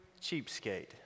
cheapskate